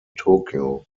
tokyo